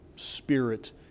spirit